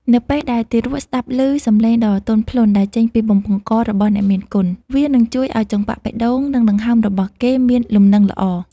នៅពេលដែលទារកស្ដាប់ឮសំឡេងដ៏ទន់ភ្លន់ដែលចេញពីបំពង់ករបស់អ្នកមានគុណ វានឹងជួយឱ្យចង្វាក់បេះដូង និងដង្ហើមរបស់គេមានលំនឹងល្អ។